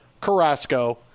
Carrasco